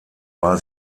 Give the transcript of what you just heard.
war